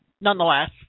nonetheless